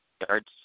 yards